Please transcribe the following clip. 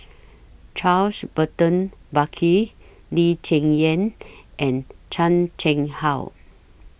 Charles Burton Buckley Lee Cheng Yan and Chan Chang How